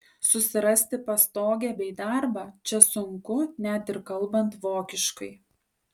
susirasti pastogę bei darbą čia sunku net ir kalbant vokiškai